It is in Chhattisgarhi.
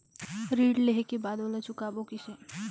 ऋण लेहें के बाद ओला चुकाबो किसे?